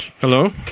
Hello